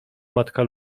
matka